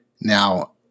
Now